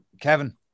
Kevin